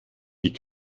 die